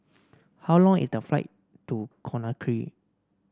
how long is the flight to Conakry